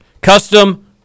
custom